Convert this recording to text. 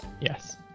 Yes